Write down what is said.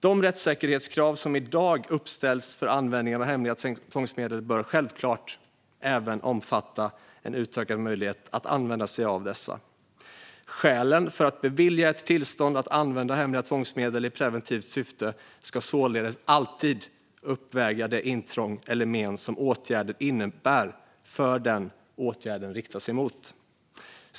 De rättssäkerhetskrav som i dag uppställs för användningen av hemliga tvångsmedel bör självklart även omfatta en utökad möjlighet att använda sig av dessa. Skälen för att bevilja ett tillstånd att använda hemliga tvångsmedel i preventivt syfte ska således alltid uppväga det intrång eller men som åtgärden innebär för den som åtgärden riktar sig mot.